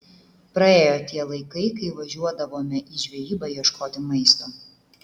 praėjo tie laikai kai važiuodavome į žvejybą ieškoti maisto